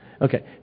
Okay